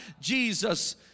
Jesus